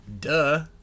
Duh